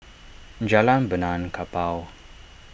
Jalan Benaan Kapal